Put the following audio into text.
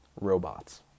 robots